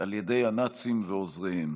על ידי הנאצים ועוזריהם.